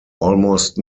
almost